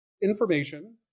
information